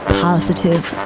positive